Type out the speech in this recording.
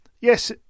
yes